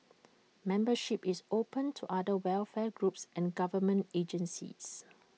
membership is open to other welfare groups and government agencies